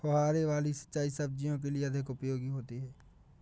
फुहारे वाली सिंचाई सब्जियों के लिए अधिक उपयोगी होती है?